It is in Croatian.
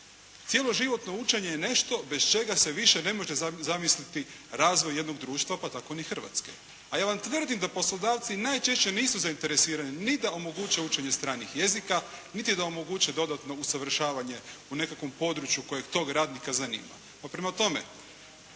Cjeloživotno učenje je nešto bez čega se više ne može zamisliti razvoj jednog društva, pa tako ni Hrvatske, a ja vam tvrdim da poslodavci najčešće nisu zainteresirani ni da omoguće učenje stranih jezika, niti da omoguće dodatno usavršavanje u nekakvom području koje tog radnika zanima.